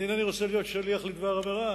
אינני רוצה להיות שליח לדבר עבירה.